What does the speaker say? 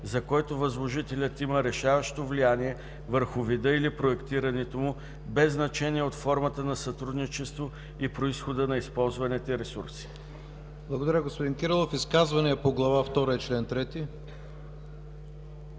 за който възложителят има решаващо влияние върху вида или проектирането му, без значение от формата на сътрудничество и произхода на използваните ресурси.” ПРЕДСЕДАТЕЛ ИВАН К. ИВАНОВ: Изказвания по Глава втора и чл. 3?